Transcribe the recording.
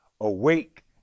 awake